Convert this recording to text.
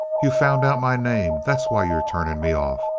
you've found out my name. that's why you're turning me off.